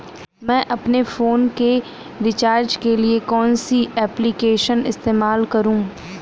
मैं अपने फोन के रिचार्ज के लिए कौन सी एप्लिकेशन इस्तेमाल करूँ?